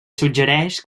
suggereix